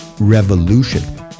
revolution